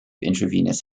intravenous